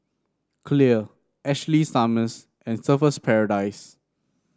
Clear Ashley Summers and Surfer's Paradise